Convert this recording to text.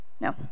No